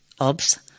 OBS